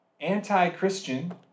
anti-Christian